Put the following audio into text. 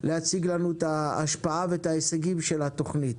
להציג לנו את ההשפעה ואת ההישגים של התוכנית.